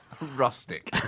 Rustic